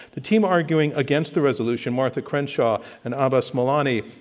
the team arguing against the resolution, martha crenshaw and abbas milani,